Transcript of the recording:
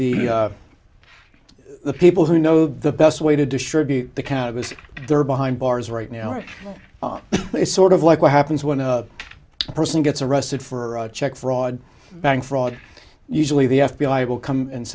the the people who know the best way to distribute the kind of risk there are behind bars right now and it's sort of like what happens when a person gets arrested for check fraud bank fraud usually the f b i will come and